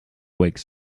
wakes